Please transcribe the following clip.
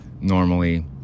normally